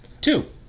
Two